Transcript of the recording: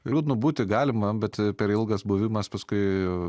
liūdnu būti galima bet per ilgas buvimas paskui